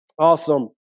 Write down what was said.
Awesome